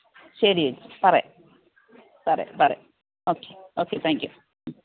ശരിയേച്ചി പറയാം പറയാം പറയാം ഓക്കെ ഓക്കെ താങ്ക് യൂ